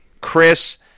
Chris